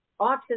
autism